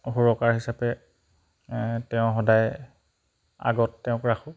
সুৰকাৰ হিচাপে তেওঁ সদায় আগত তেওঁক ৰাখোঁ